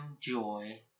joy